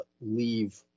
leave